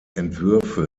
entwürfe